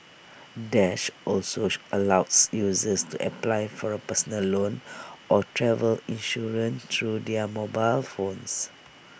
dash also allows users to apply for A personal loan or travel insurance through their mobile phones